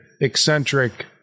eccentric